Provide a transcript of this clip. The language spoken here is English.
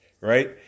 right